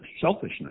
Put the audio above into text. selfishness